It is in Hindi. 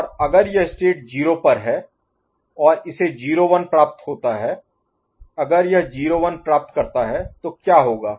और अगर यह स्टेट 0 पर है और अगर इसे 0 1 प्राप्त होता है अगर यह 0 1 प्राप्त करता है तो क्या होगा